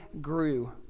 grew